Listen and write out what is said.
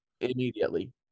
immediately